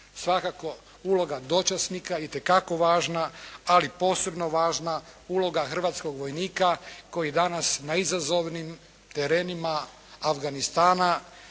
Svakako uloga dočasnika itekako važna, ali posebno važna uloga hrvatskog vojnika koji danas na izazovnim terenima Afganistana